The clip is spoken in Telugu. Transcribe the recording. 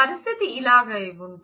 పరిస్థితి ఇలాగే ఉంటే